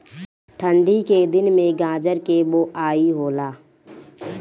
ठन्डी के दिन में गाजर के बोआई होला